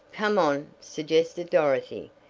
come on, suggested dorothy.